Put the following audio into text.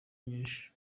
nyinshi